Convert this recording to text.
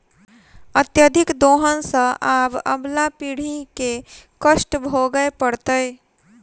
अत्यधिक दोहन सँ आबअबला पीढ़ी के कष्ट भोगय पड़तै